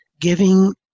giving